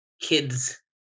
Kids